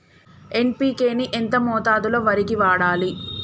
NPK ని ఎంత మోతాదులో వరికి వాడాలి?